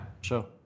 Sure